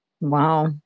Wow